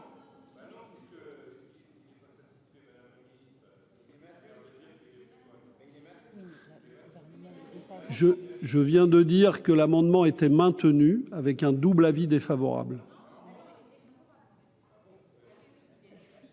je viens de dire que l'amendement était maintenu avec un double avis défavorable.